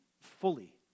fully